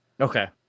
Okay